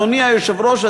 אדוני היושב-ראש,